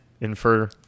infer